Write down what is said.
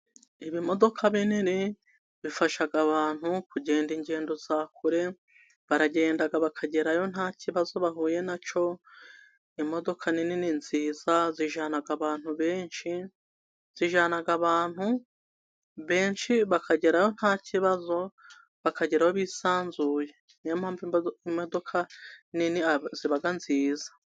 Imodoka binini bifasha abantu kugenda ingendo za kure baragenda bakagerayo ntakibazo bahuye na cyo. Imodoka nini ni nziza zijyana abantu benshi bakagerayo ntakibazo ,bakagerayo bisanzuye. Niyo mpamvu imodoka nini zibaga nziza.